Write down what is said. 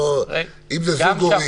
אם זה זוג הורים